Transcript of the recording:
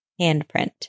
handprint